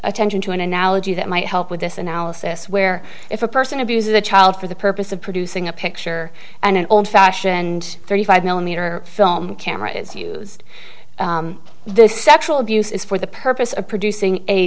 attention to an analogy that might help with this analysis where if a person abuses a child for the purpose of producing a picture and an old fashioned thirty five millimeter film camera is used this sexual abuse is for the purpose of producing a